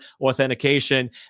authentication